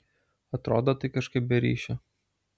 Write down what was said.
atrodo tai kažkaip be ryšio